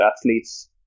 athletes